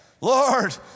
Lord